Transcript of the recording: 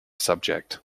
subject